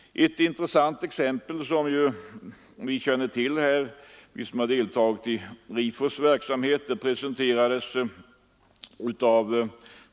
Ett intressant exempel är processen inom järnoch metallindustrin.